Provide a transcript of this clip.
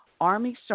Army